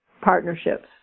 partnerships